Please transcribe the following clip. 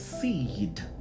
seed